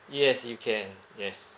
yes you can yes